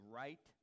right